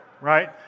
right